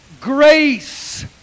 grace